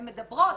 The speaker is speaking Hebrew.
הן מדברות.